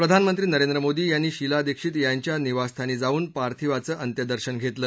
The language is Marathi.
प्रधानमंत्री नरेंद्र मोदी यांनी शीला दीक्षित यांच्या निवासस्थानी जाऊन पार्थिवाचं अंत्यदर्शन घेतलं